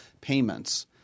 payments